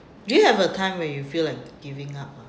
do you have a time when you feel like giving up ah